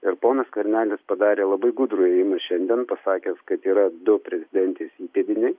ir ponas skvernelis padarė labai gudrų ėjimą šiandien pasakęs kad yra du prezidentės įpėdiniai